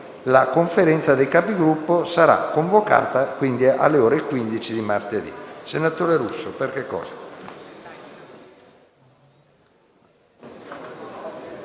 La Conferenza dei Capigruppo sarà convocata alle ore 15 di martedì.